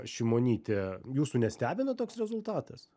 šimonytė jūsų nestebina toks rezultatas